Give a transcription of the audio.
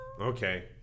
Okay